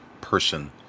person